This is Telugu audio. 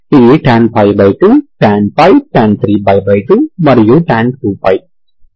ఇది tan π2 tan π tan 3π2 మరియు tan 2π